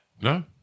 No